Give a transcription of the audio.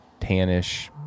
tannish